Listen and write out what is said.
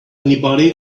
anybody